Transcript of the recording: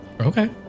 Okay